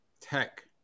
tech